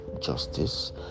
justice